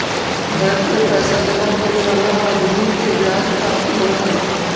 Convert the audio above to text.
bank में पैसा जमा करे वाला आदमी के ब्याज प्राप्त होवऽ हई